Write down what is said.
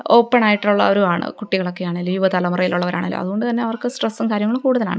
ഓപ്പണായിട്ടുള്ളവരും ആണ് കുട്ടികളൊക്കെ ആണേലും യുവ തലമുറയിലുള്ളവരാണേലും അതുകൊണ്ടു തന്നെ അവർക്ക് സ്ട്രെസ്സും കാര്യങ്ങളും കൂടുതലാണ്